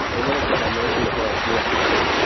and then again, i mentioned about being humble.